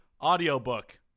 audiobook